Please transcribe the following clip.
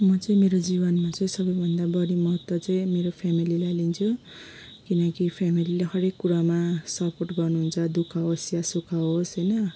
म चाहिँ मेरो जीवनमा चाहिँ सबै भन्दा बढी महत्त्व चाहिँ मेरो फ्यामेलीलाई लिन्छु किनकि फ्यामेलीले हरेक कुरामा सपोर्ट गर्नुहुन्छ दु ख होस् या सुख होस् होइन